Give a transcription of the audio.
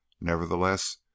nevertheless